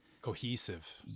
Cohesive